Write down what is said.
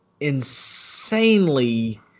insanely